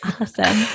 Awesome